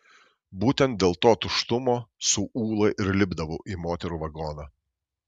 būtent dėl to tuštumo su ūla ir lipdavau į moterų vagoną